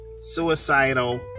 suicidal